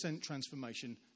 transformation